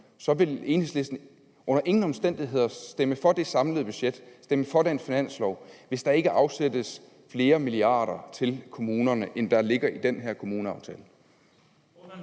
vil Enhedslisten under ingen omstændigheder stemme for det samlede budget, den finanslov, hvis der ikke afsættes flere milliarder til kommunerne, end der ligger i den her kommuneaftale?